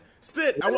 Sit